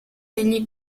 degli